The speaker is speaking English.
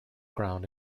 ground